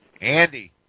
Andy